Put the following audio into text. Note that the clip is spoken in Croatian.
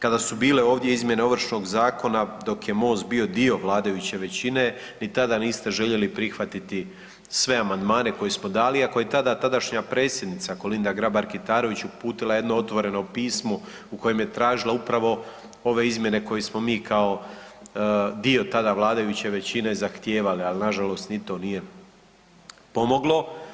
Kada su bile ovdje izmjene Ovršnog zakona dok je MOST bio dio vladajuće većine ni tada niste željeli prihvatiti sve amandmane koje smo dali, a koje je tada tadašnja predsjednica Kolinda Grabar Kitarović uputila jedno otvoreno pismo u kojem je tražila upravo ove izmjene koje smo mi kao dio tada vladajuće većine zahtijevali, al nažalost ni to nije pomoglo.